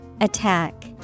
Attack